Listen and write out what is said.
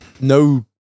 no